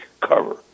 cover